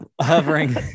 Hovering